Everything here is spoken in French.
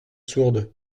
sourde